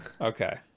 okay